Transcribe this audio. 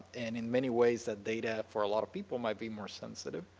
and in many ways that data for a lot of people may be more sensitive.